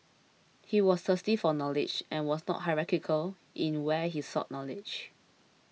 he was thirsty for knowledge and was not hierarchical in where he sought knowledge